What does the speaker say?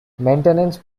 maintenance